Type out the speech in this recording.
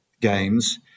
Games